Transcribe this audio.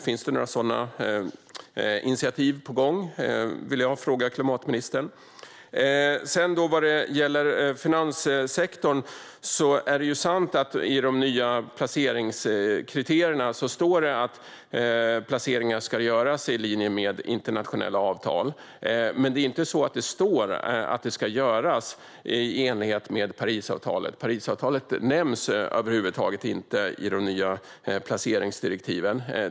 Är några sådana initiativ på gång? Vad gäller finanssektorn är det sant att det står i de nya placeringskriterierna att placeringar ska göras i linje med internationella avtal. Men det står inte att det ska göras i enlighet med Parisavtalet. Det avtalet nämns inte över huvud taget i de nya placeringsdirektiven.